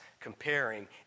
comparing